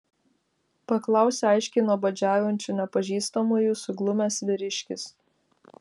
paklausė aiškiai nuobodžiaujančių nepažįstamųjų suglumęs vyriškis